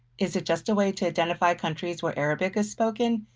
is it just a way to identify countries where arabic is spoken?